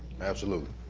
absolutely,